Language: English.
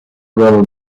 will